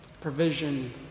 Provision